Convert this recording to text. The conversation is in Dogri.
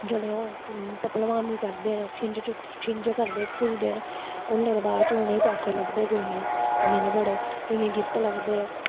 जेल्लै ओह् भलवानी करदे न छिंज च छिंज करदे घुलदे न घुलने दे बाद च उ'नेंगी पैसै लभदे केइयें गी इन्नै इन्नै बड़े केइयें गी गिफ्ट लभदे